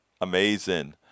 Amazing